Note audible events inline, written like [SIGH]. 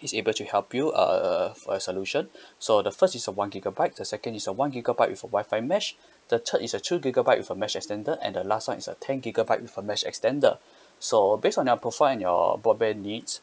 is able to help you uh for your solution [BREATH] so the first is a one gigabyte the second is a one gigabyte with a Wi-Fi mesh [BREATH] the third is the two gigabyte with a mesh extender and the last one is a ten gigabyte with a mesh extender [BREATH] so based on your profile and your broadband needs